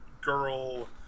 girl